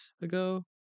ago